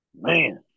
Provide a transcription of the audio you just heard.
Man